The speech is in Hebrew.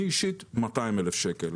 אני אישית 200,000 ₪.